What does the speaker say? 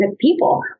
people